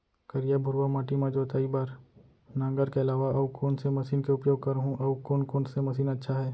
करिया, भुरवा माटी म जोताई बार नांगर के अलावा अऊ कोन से मशीन के उपयोग करहुं अऊ कोन कोन से मशीन अच्छा है?